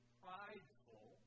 prideful